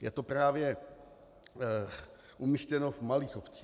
Je to právě umístěno v malých obcích.